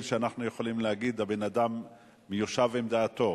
שאנחנו יכולים להגיד שהבן-אדם מיושב בדעתו.